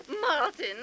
Martin